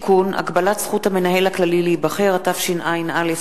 (תיקון, הגבלת זכות המנהל הכללי להיבחר), התש"ע